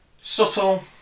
subtle